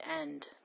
end